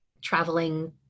traveling